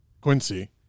Quincy